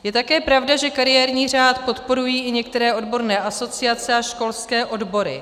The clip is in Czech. Je také pravda, že kariérní řád podporují i některé odborné asociace a školské odbory.